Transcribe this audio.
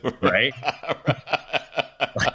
right